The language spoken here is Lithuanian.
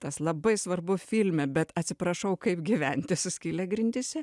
tas labai svarbu filme bet atsiprašau kaip gyventi su skyle grindyse